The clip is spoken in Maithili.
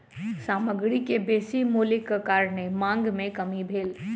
सामग्री के बेसी मूल्यक कारणेँ मांग में कमी भेल